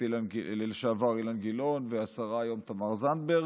לשעבר אילן גילאון והשרה היום תמר זנדברג.